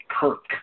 Kirk